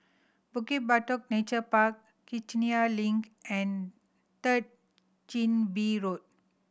Bukit Batok Nature Park Kiichener Link and Third Chin Bee Road